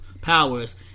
powers